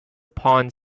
upon